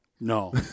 No